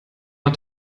mal